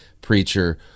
preacher